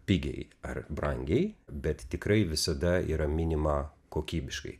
pigiai ar brangiai bet tikrai visada yra minima kokybiškai